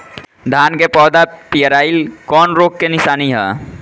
धान के पौधा पियराईल कौन रोग के निशानि ह?